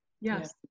Yes